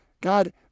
God